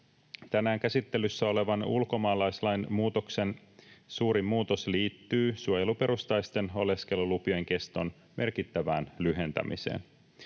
Tänään käsittelyssä olevan ulkomaalaislain muutoksen suurin muutos liittyy suojeluperustaisten oleskelulupien keston merkittävään lyhentämiseen.